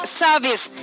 service